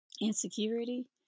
insecurity